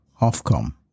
Ofcom